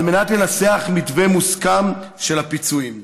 על מנת לנסח מתווה מוסכם של הפיצויים.